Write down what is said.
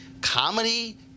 Comedy